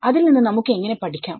അതിൽ നിന്ന് നമുക്ക് എങ്ങനെ പഠിക്കാം